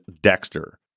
Dexter